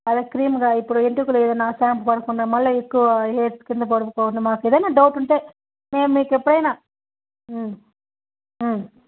అదే క్రీమ్గా ఇప్పుడు వెంట్రుకలు ఏదైన షాంపు పడకుండా మళ్ళీ ఎక్కువ హెయిర్స్ కింద పడిపోవడం మాకు ఏదైన డౌట్ ఉంటే మేము మీకు ఎప్పుడైనా